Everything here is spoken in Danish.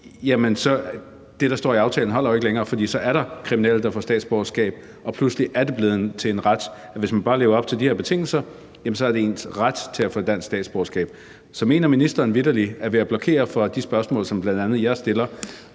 så holder det, der står i aftalen, jo ikke længere, for så er der kriminelle, der får statsborgerskab, og pludselig er det blevet til en ret – hvis man bare lever op til de her betingelser, er det ens ret at få dansk statsborgerskab. Så mener ministeren vitterlig, at han ved at blokere for de spørgsmål, som bl.a. jeg stiller,